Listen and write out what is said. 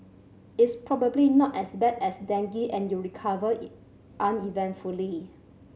it's probably not as bad as dengue and you recover uneventfully